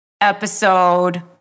episode